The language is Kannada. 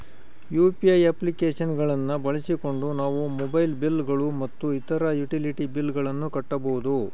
ಯು.ಪಿ.ಐ ಅಪ್ಲಿಕೇಶನ್ ಗಳನ್ನ ಬಳಸಿಕೊಂಡು ನಾವು ಮೊಬೈಲ್ ಬಿಲ್ ಗಳು ಮತ್ತು ಇತರ ಯುಟಿಲಿಟಿ ಬಿಲ್ ಗಳನ್ನ ಕಟ್ಟಬಹುದು